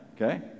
okay